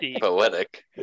poetic